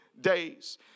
days